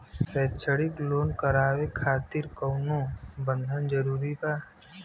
शैक्षणिक लोन करावे खातिर कउनो बंधक जरूरी बा?